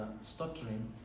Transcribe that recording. stuttering